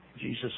Jesus